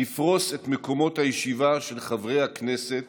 נפרוס את מקומות הישיבה של חברי הכנסת